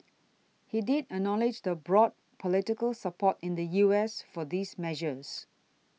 he did acknowledge the broad political support in the U S for these measures